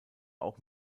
auch